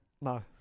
No